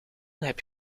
heb